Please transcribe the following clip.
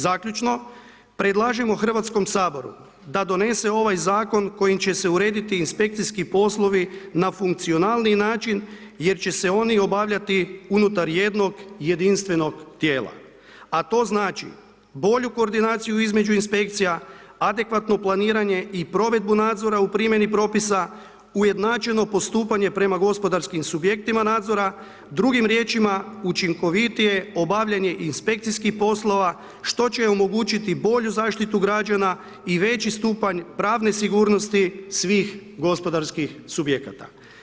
Zaključno, predlažemo Hrvatskom saboru da donese ovaj zakon kojim će se urediti inspekcijski poslovi na funkcionalniji način jer će se oni obavljati unutar jednog jedinstvenog tijela a to znači bolju koordinaciju između inspekcija, adekvatno planiranje i provedbu nadzora u primjeni propisa, ujednačeno postupanje prema gospodarskim subjektima nadzora, drugim riječima učinkovitije obavljanje inspekcijskih poslova što će omogućiti bolju zaštitu građana i veći stupanj pravne sigurnosti svih gospodarskih subjekata.